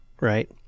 right